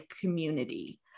community